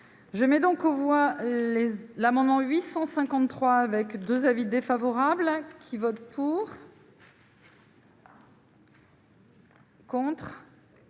Je mets donc aux voix l'amendement 853 avec 2 avis défavorables qui vote pour.